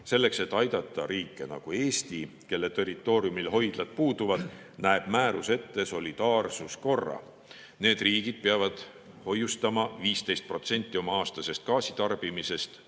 Selleks, et aidata riike nagu Eesti, kelle territooriumil hoidlad puuduvad, näeb määrus ette solidaarsuskorra. Need riigid peavad hoiustama 15% oma aastas tarbitavast